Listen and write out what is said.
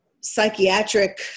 Psychiatric